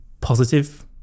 positive